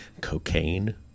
cocaine